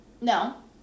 no